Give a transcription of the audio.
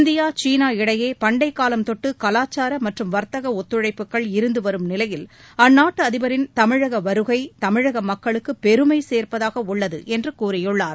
India சீனா இடையே பண்டைக்காலம் தொட்டு கலாச்சார மற்றும் வர்த்தக ஒத்துழைப்புகள் இருந்து வரும் நிலையில் அந்நாட்டு அதிபரின் தமிழக வருகை தமிழக மக்களுக்கு பெருமை சேர்ப்பதாக உள்ளது என்று கூறியுள்ளார்